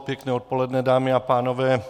Pěkné odpoledne, dámy a pánové.